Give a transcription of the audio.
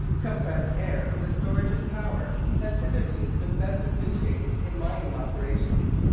compressed air for the storage of power has hitherto been best appreciated in mining operations,